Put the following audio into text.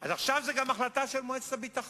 אז עכשיו זה גם החלטה של מועצת הביטחון.